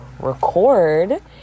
record